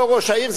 לא ראש העיר,